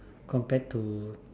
compared to